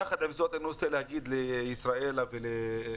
יחד עם זאת, אני רוצה להגיד לישראלה ולרועי.